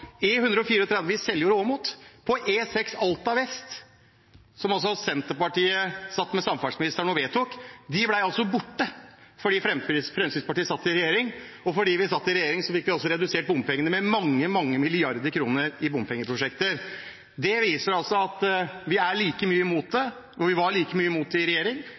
i Seljord og Åmot og på E6 Alta vest. Disse bompengeprosjektene satt altså Senterpartiet med samferdselsministeren og vedtok, og de ble altså borte fordi Fremskrittspartiet satt i regjering. Fordi vi satt i regjering, fikk vi også redusert bompengene med mange, mange milliarder kroner i bompengeprosjekter. Det viser altså at vi er like mye imot det, og vi var like mye mot det i regjering,